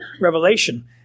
revelation